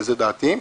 זו דעתי.